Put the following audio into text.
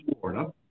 Florida